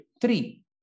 three